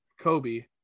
Kobe